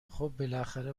خوب، بالاخره